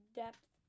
depth